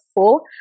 four